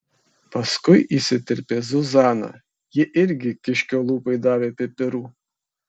paskui įsiterpė zuzana ji irgi kiškio lūpai davė pipirų